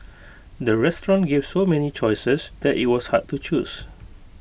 the restaurant gave so many choices that IT was hard to choose